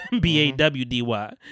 b-a-w-d-y